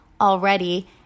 already